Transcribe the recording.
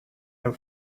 her